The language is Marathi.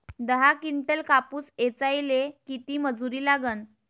दहा किंटल कापूस ऐचायले किती मजूरी लागन?